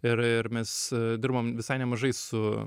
ir ir mes dirbom visai nemažai su